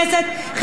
בתוך הליכוד,